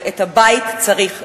ואת הבית צריך לשרת,